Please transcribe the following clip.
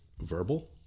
verbal